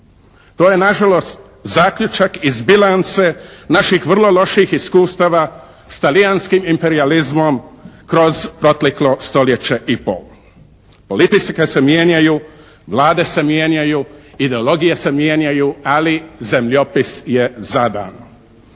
To je nažalost zaključak iz bilance naših vrlo loših iskustava s talijanskim imperijalizmom kroz proteklo stoljeće i pol. Politike kad se mijenjaju, Vlade se mijenjaju, ideologije se mijenjaju, ali zemljopis je zadan.